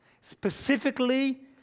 Specifically